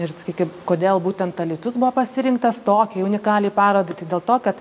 ir sakykim kodėl būtent alytus buvo pasirinktas tokiai unikaliai parodai tai dėl to kad